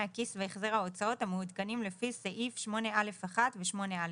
הכיס והחזר ההוצאות המעודנים לפי סעיף 8א(1) ו-8א(2).